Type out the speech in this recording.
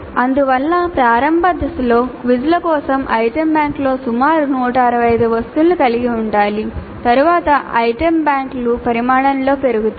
అందువల్ల ప్రారంభ దశలో క్విజ్ల కోసం ఐటెమ్ బ్యాంక్లో సుమారు 125 వస్తువులను కలిగి ఉండాలి తరువాత ఐటెమ్ బ్యాంకులు పరిమాణంలో పెరుగుతాయి